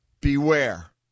beware